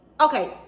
okay